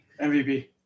MVP